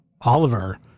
Oliver